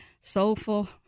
soulful